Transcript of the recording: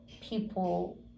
people